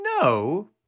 no